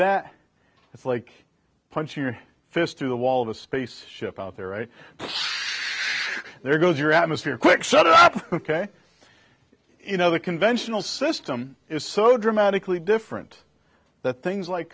that it's like punching your fist through the wall of a space ship out there right there goes your atmosphere quick set up ok you know the conventional system is so dramatically different that things like